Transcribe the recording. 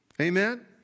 Amen